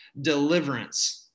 deliverance